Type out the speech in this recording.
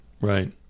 Right